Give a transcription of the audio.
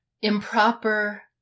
improper